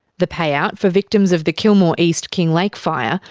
the payout for victims of the kilmore-east kinglake fire,